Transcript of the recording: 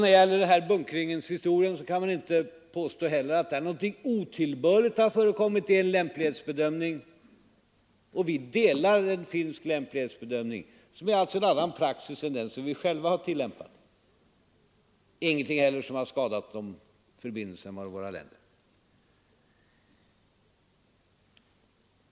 När det gäller bunkringshistorien kan man heller inte påstå att någonting otillbörligt har förekommit. Det är en lämplighetsbedöm ning, och vi delar en finsk lämplighetsbedömning som alltså innebär en annan praxis än den vi själva har tillämpat. Det är heller ingenting som har skadat förbindelserna mellan våra länder.